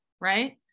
right